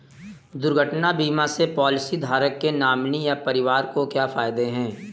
दुर्घटना बीमा से पॉलिसीधारक के नॉमिनी या परिवार को क्या फायदे हैं?